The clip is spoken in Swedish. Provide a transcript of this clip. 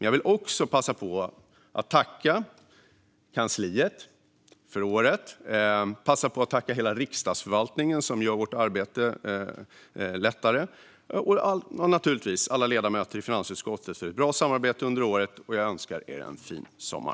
Jag vill också passa på att tacka kansliet och hela Riksdagsförvaltningen, som gör vårt arbete lättare, och givetvis alla ledamöter i finansutskottet för ett bra samarbete under året. Jag önskar er en fin sommar.